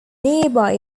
nearby